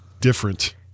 different